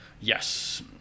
yes